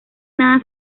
nada